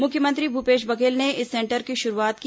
मुख्यमंत्री भूपेश बघेल ने इस सेंटर की शुरूआत की